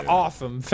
awesome